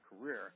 career